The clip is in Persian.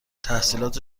تحصیلات